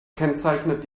kennzeichnet